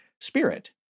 spirit